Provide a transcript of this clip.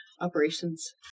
operations